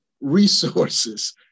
resources